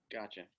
gotcha